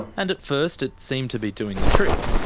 and at first, it seemed to be doing the trick.